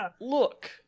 look